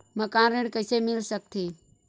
मकान ऋण कइसे मिल सकथे?